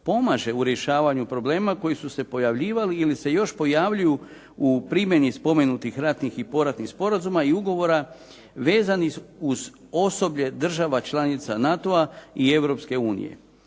pomaže u rješavanju problema koji su se pojavljivali ili se još pojavljuju u primjeni spomenutih ratnih i poratnih sporazuma i ugovora vezanih uz osoblje država članica NATO-a i